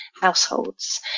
households